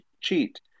cheat